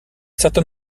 certain